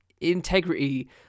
integrity